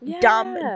dumb